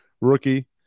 rookie